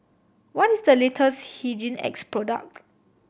what is the latest Hygin X product